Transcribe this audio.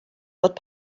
fod